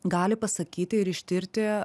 gali pasakyti ir ištirti